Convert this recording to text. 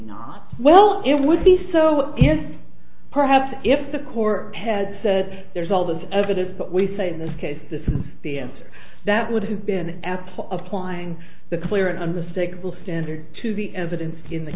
not well it would be so yes perhaps if the court had said there's all this evidence but we say in this case this is the answer that would have been at applying the clear and unmistakable standard to the evidence in the